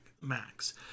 max